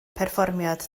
perfformiad